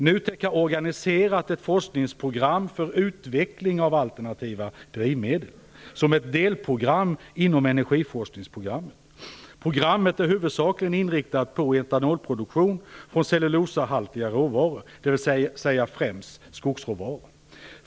NUTEK har organiserat ett forskningsprogram för utveckling av alternativa drivmedel som ett delprogram inom energiforskningsprogrammet. Programmet är huvudsakligen inriktat på etanolproduktion från cellulosahaltiga råvaror, dvs. främst skogsråvaror.